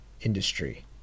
industry